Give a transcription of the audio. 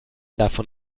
davon